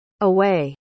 away